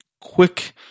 quick